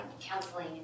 counseling